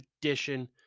edition